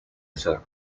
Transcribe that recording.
azar